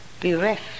bereft